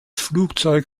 flugzeug